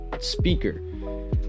speaker